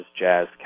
Jazz